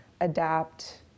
adapt